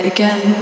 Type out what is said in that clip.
Again